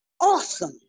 awesome